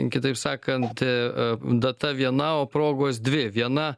kitaip sakant data viena o progos dvi viena